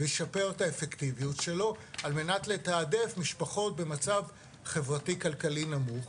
וישפר את האפקטיביות שלו על מנת לתעדף משפחות במצב חברתי כלכלי נמוך.